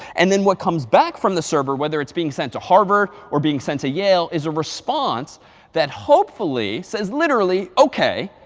and then what comes back from the server, whether it's being sent to harvard or being sent to yale, is a response that hopefully says is literally, ok,